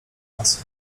klasy